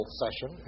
session